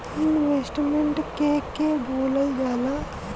Investment के के बोलल जा ला?